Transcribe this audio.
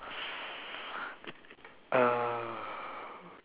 err